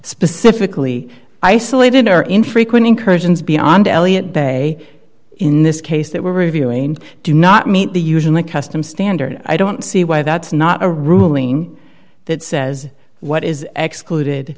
specifically isolated are infrequent incursions beyond elliott bay in this case that we're reviewing do not meet the usual custom standard i don't see why that's not a ruling that says what is ex